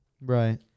Right